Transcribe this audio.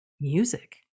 music